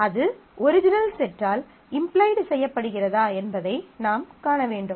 அது ஒரிஜினல் செட்டால் இம்ப்ளைடு செய்யப்படுகிறதா என்பதை நாம் காண வேண்டும்